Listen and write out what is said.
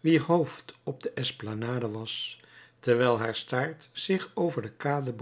wier hoofd op de esplanade was terwijl haar staart zich over de kade